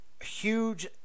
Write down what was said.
huge